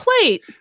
plate